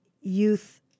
youth